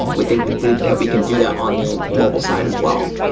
we think that we that we can do that on the mobile side as well.